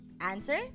Answer